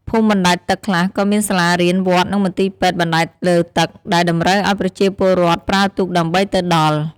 ភូមិបណ្ដែតទឹកខ្លះក៏មានសាលារៀន វត្ត និងមន្ទីរពេទ្យបណ្ដែតលើទឹក ដែលតម្រូវឲ្យប្រជាពលរដ្ឋប្រើទូកដើម្បីទៅដល់។